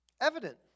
evident